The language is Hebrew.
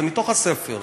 זה מתוך הספר,